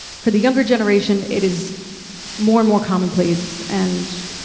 for the younger generation, it is more and more commonplace, and